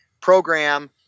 program